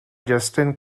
justin